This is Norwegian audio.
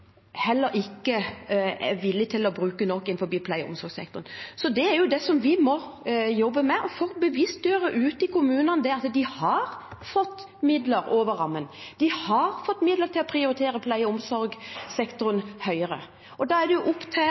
heller ikke er villige til å bruke nok innenfor pleie- og omsorgssektoren. Så det er jo det vi må jobbe med, å bevisstgjøre kommunene på at de har fått midler over rammen. De har fått midler til å prioritere pleie- og omsorgssektoren høyere. Da er det opp til